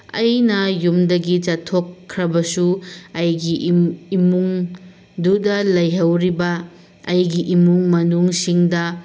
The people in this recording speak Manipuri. ꯑꯩꯅ ꯌꯨꯝꯗꯒꯤ ꯆꯠꯊꯣꯛꯈ꯭ꯔꯕꯁꯨ ꯑꯩꯒꯤ ꯏꯃꯨꯡꯗꯨꯗ ꯂꯩꯍꯧꯔꯤꯕ ꯑꯩꯒꯤ ꯏꯃꯨꯡ ꯃꯅꯨꯡꯁꯤꯡꯗ